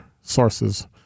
sources